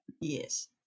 Yes